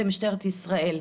משטרת ישראל,